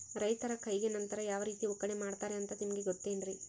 ರೈತರ ಕೈಗೆ ನಂತರ ಯಾವ ರೇತಿ ಒಕ್ಕಣೆ ಮಾಡ್ತಾರೆ ಅಂತ ನಿಮಗೆ ಗೊತ್ತೇನ್ರಿ?